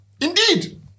Indeed